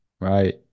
right